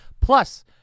plus